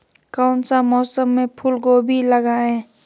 कौन सा मौसम में फूलगोभी लगाए?